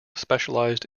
specialised